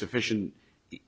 sufficient